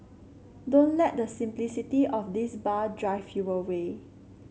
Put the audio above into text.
don't let the simplicity of this bar drive you away